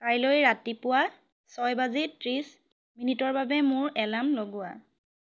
কাইলৈ ৰাতিপুৱা ছয় বাজি ত্ৰিছ মিনিটৰ বাবে মোৰ এলাৰ্ম লগোৱা